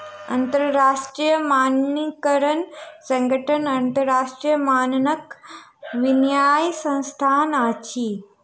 अंतरराष्ट्रीय मानकीकरण संगठन अन्तरराष्ट्रीय मानकक विन्यास संस्थान अछि